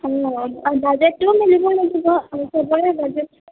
অঁ বাজেটটোও মিলিব লাগিব সবৰে বাজেট